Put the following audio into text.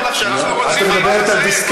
אנחנו רוצים להתחזק.